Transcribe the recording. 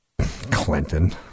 Clinton